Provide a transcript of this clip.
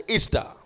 Easter